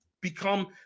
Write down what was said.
become